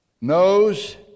knows